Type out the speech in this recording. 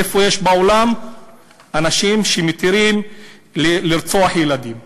איפה יש בעולם אנשים שמתירים לרצוח ילדים?